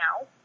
now